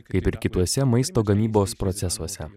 kaip ir kituose maisto gamybos procesuose